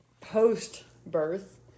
post-birth